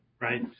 right